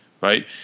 right